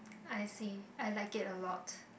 I see I like it a lot